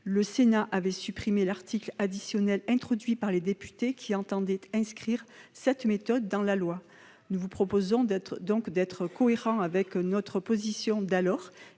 le Sénat a supprimé l'article additionnel introduit par les députés qui entendait inscrire cette méthode dans la loi. Nous vous proposons d'être cohérents avec notre position d'alors